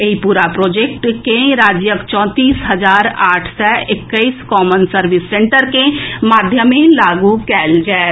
एहि पूरा प्रोजेक्ट के राज्यक चौंतीस हजार आठ सय एक्कैस कॉमन सर्विस सेंटर के माध्यमे लागू कएल जाएत